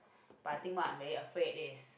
but I think what I'm very afraid is